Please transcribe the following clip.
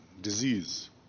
disease